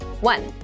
One